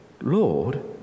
Lord